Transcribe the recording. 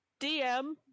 DM